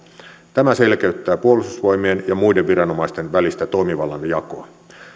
tämä selkeyttää puolustusvoimien ja muiden viranomaisten välistä toimivallan jakoa